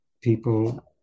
people